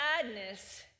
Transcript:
sadness